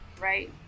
right